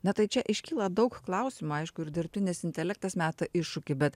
na tai čia iškyla daug klausimų aišku ir dirbtinis intelektas meta iššūkį bet